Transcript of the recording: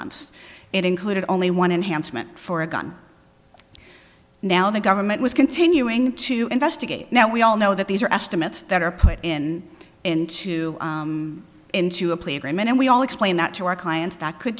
months it included only one enhancement for a gun now the government was continuing to investigate now we all know that these are estimates that are put in into into a plea agreement and we all explain that to our clients that could